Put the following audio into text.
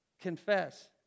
Confess